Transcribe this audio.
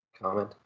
Comment